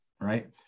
right